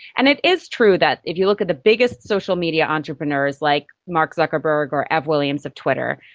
and it is true that if you look at the biggest social media entrepreneurs like mark zuckerberg or ev williams of twitter,